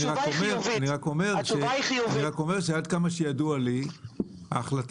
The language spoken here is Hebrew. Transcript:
אני רק אומר שעד כמה שידוע לי ההחלטה